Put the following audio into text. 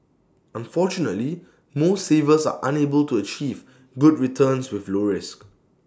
unfortunately most savers are unable to achieve good returns with low risk